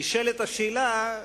נשאלת השאלה,